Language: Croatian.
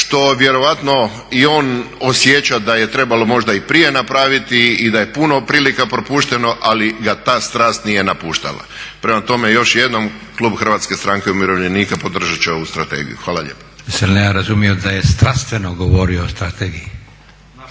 što vjerovatno i on osjeća da je trebalo možda i prije napraviti i da je puno prilika propušteno, ali ga ta strast nije napuštala. Prema tome, još jednom klub HSU-a podržat će ovu strategiju. Hvala lijepo. **Leko, Josip (SDP)** Jesam li ja razumio da je strastveno govorio o strategiji?